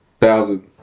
thousand